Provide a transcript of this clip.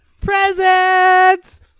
Presents